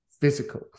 physical